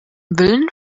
willen